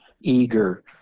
eager